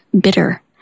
bitter